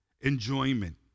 enjoyment